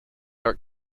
art